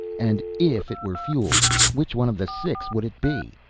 and if it were fueled which one of the six would it be?